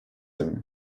him